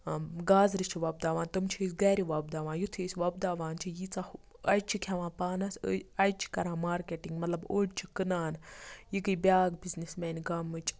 گازرِ چھِ وۄپداوان تِم چھِ أسۍ گَرٕ وۄپداوان یُتھٕے أسۍ وۄپداوان چھِ ییژہ اَجہِ چھِ کھیٚوان پانَس اَجہِ چھِ کَران مارکیٚٹِنٛگ مَطلَب اوٚڑ چھِ کٕنان یہِ گٔے بیاکھ بِزنٮ۪س میانہِ گامٕچ